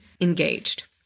engaged